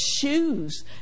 shoes